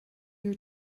your